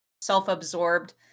self-absorbed